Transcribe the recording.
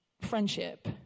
friendship